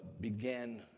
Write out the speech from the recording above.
began